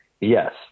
yes